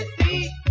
see